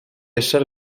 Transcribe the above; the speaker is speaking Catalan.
ésser